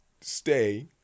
stay